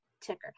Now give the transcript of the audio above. ticker